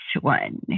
one